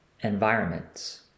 environments